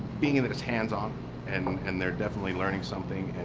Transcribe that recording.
being that it's hands-on and and they're definitely learning something,